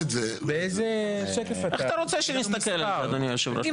היות שהיושב-ראש טוען- -- אני